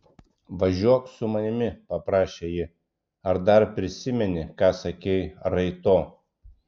važiuok su manimi paprašė ji ar dar prisimeni ką sakei raito